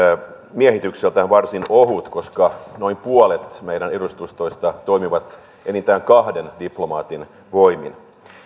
miehitykseltään varsin ohut koska noin puolet meidän edustustoistamme toimii enintään kahden diplomaatin voimin